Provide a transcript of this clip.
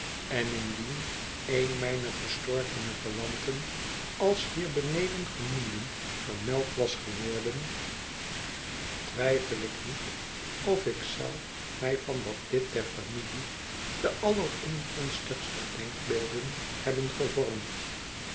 en indien een mijner gestorvene verwanten als hierbeneden genoemden vermeld was geworden twijfel ik niet of ik zou mij van dat lid der familie de allerongunstigste denkbeelden hebben gevormd